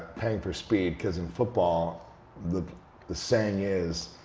paying for speed, because in football the the saying is,